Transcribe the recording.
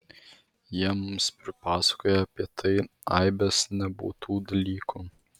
jie mums pripasakoja apie tai aibes nebūtų dalykų